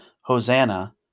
Hosanna